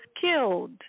killed